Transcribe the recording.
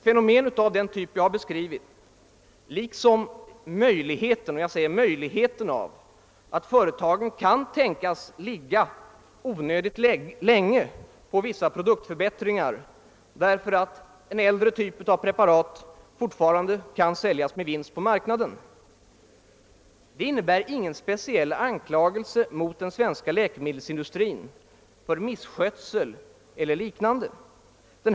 Fenomen av den art jag har beskrivit, liksom möjligheten — jag säger möjlighe ten — av att företagen kan tänkas ligga onödigt länge på vissa produktförbättringar, därför att en äldre typ av preparat fortfarande kan säljas med vinst på marknaden, innebär ingen speciell anklagelse mot den svenska läkemedelsindustrin för misskötsel eller något liknande.